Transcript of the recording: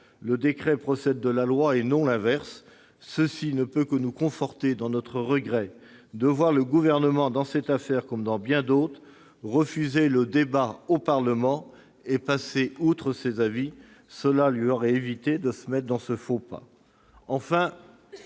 Le décret procède de la loi et non l'inverse. Cela ne peut que nous conforter dans notre regret de voir le Gouvernement, dans cette affaire comme dans bien d'autres, refuser le débat au Parlement et passer outre ses avis. Nous écouter lui aurait évité ce faux pas.